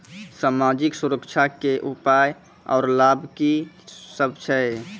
समाजिक सुरक्षा के उपाय आर लाभ की सभ छै?